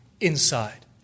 inside